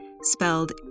spelled